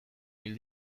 hil